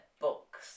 books